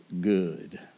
good